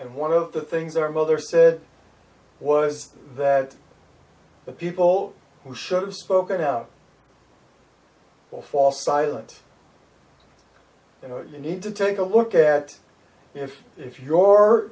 and one of the things our mother said was that the people who should have spoken out will fall silent you know you need to take a look at if if your